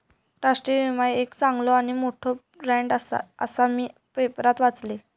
राष्ट्रीय विमा एक चांगलो आणि मोठो ब्रँड आसा, असा मी पेपरात वाचलंय